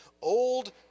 old